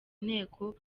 inteko